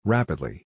Rapidly